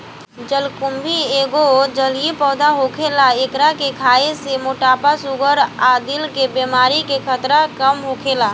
जलकुम्भी एगो जलीय पौधा होला एकरा के खाए से मोटापा, शुगर आ दिल के बेमारी के खतरा कम होखेला